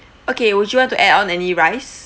okay would you want to add on any rice